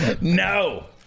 No